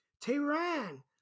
Tehran